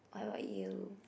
what about you